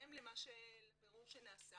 בהתאם לבירור שנעשה,